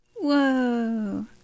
Whoa